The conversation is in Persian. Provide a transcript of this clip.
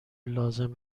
لازم